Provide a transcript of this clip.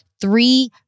three